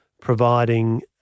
providing